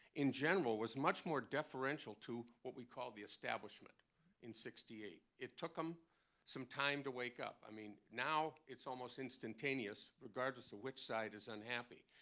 in general, was much more deferential to what we call the establishment in sixty eight. it took him some time to wake up. i mean, now it's almost instantaneous regardless of which side is unhappy.